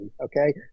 Okay